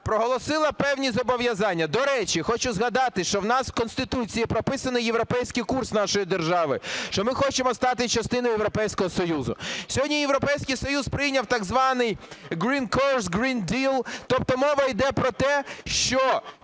проголосила певні зобов'язання. До речі, хочу згадати, що в нас у Конституції прописано європейський курс нашої держави, що ми хочемо стати частиною Європейського Союзу. Сьогодні Європейський Союз прийняв так званий Green course – Green Deal. Тобто мова йде про те, що